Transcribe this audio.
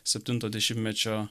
septinto dešimtmečio